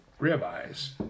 ribeyes